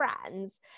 friends